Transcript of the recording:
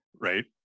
right